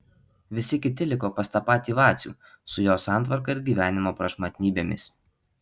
visi kiti liko pas tą patį vacių su jo santvarka ir gyvenimo prašmatnybėmis